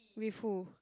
with who